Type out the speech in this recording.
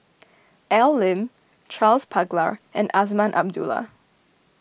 Al Lim Charles Paglar and Azman Abdullah